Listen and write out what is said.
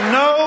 no